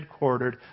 headquartered